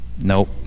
Nope